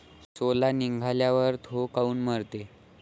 सोला निघाल्यावर थो काऊन मरते?